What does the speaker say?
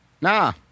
nah